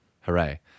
Hooray